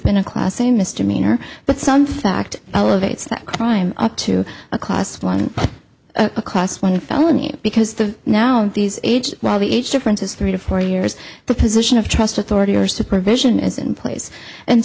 been a class a misdemeanor but some fact elevates that crime up to a class one a class one felony because the now these age while the age difference is three to four years the position of trust authority or supervision is in place and